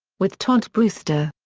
with todd brewster.